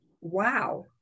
wow